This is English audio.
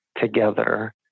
together